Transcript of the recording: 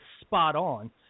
spot-on